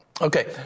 Okay